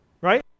Right